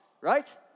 right